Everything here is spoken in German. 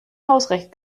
hausrecht